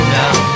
now